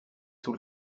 sous